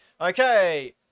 Okay